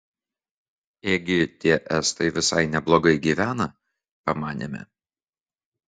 ėgi tie estai visai neblogai gyvena pamanėme